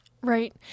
Right